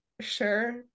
sure